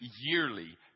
yearly